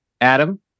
Adam